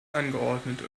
angeordnet